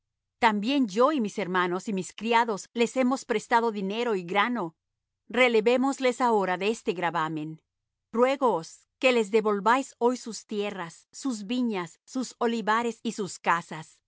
también yo y mis hermanos y mis criados les hemos prestado dinero y grano relevémosles ahora de este gravamen ruégoos que les devolváis hoy sus tierras sus viñas sus olivares y sus casas